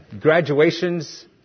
Graduations